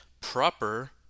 Proper